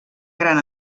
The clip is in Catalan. gran